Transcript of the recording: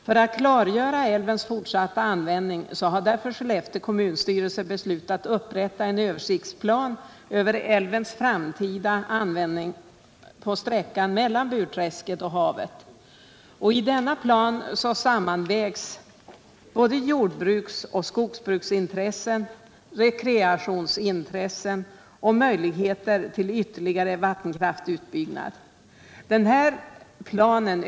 För att klargöra älvens fortsatta användning har därför Skellefteå kommunstyrelse beslutat upprätta en översiktsplan för älvens framtida användning på sträckan mellan Burträsket och havet. I denna plan sammanvägs jordbruksoch skogsbruksintressen, samt rekreationsintressen med möjligheter till ytterligare vattenkraftsutbyggnad.